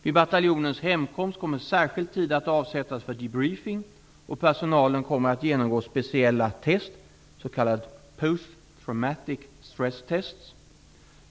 Vid bataljonens hemkomst kommer särskild tid att avsättas för debriefing och personalen kommer att genomgå speciella test, s.k. Post Traumatic Stresstests.